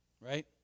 right